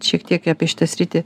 šiek tiek apie šitą sritį